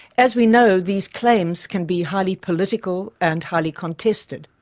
as we know these claims can be highly political and highly contested,